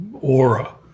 aura